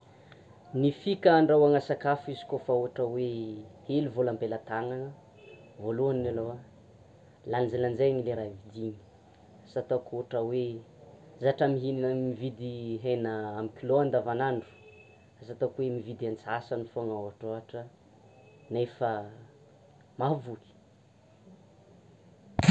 Ny fika andrahoana sakafo izy koa fa ohatra hoe: hely vola am-pelantanana voalohany aloha lanjalanjaina le raha vidiana, asa ataoko ohatra hoe, zatra mihinana, mividy hena amin'ny kilo andavanandro, asa ataoko hoe mividy antsasany foana ôhatra ôhatra nefa mahavoky.